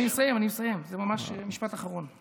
אני מסיים, זה ממש משפט אחרון.